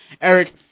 Eric